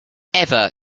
ever